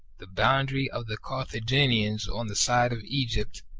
the boundary of the carthaginians on the side of egypt,